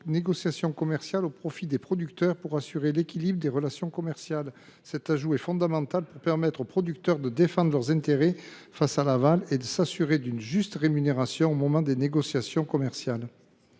négociations commerciales » au profit des producteurs pour assurer un meilleur équilibre des relations commerciales. Cet ajout est fondamental pour permettre aux producteurs de défendre leurs intérêts face à l’aval et de leur assurer une plus juste rémunération au moment des négociations commerciales.